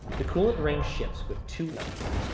the coolant ring ships with two nuts.